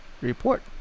report